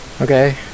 Okay